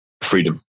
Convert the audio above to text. freedom